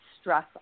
stress